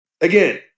again